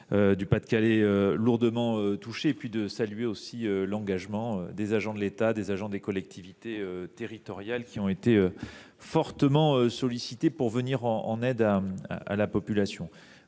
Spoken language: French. du Pas de Calais et de saluer l’engagement des agents de l’État et des agents des collectivités territoriales, qui ont été fortement sollicités pour venir en aide à la population.